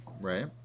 right